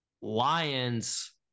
Lions